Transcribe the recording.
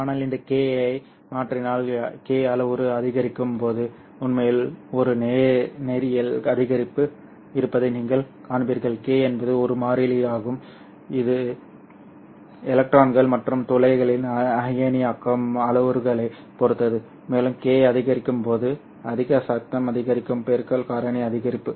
ஆனால் இந்த k ஐ மாற்றினால் k அளவுரு அதிகரிக்கும் போது உண்மையில் ஒரு நேரியல் அதிகரிப்பு இருப்பதை நீங்கள் காண்பீர்கள் k என்பது ஒரு மாறிலி ஆகும் இது எலக்ட்ரான்கள் மற்றும் துளைகளின் அயனியாக்கம் அளவுருக்களைப் பொறுத்தது மேலும் k அதிகரிக்கும் போது அதிக சத்தம் அதிகரிக்கும் பெருக்கல் காரணி அதிகரிப்பு